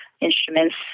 instruments